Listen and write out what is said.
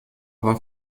war